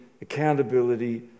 accountability